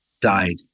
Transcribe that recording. died